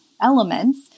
elements